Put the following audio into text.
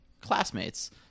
classmates